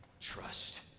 trust